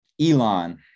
Elon